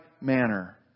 manner